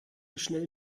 schnell